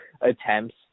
attempts